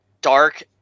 dark